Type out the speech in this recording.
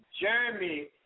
Jeremy